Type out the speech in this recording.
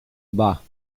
bas